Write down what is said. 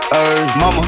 Mama